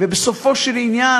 ובסופו של עניין,